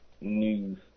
news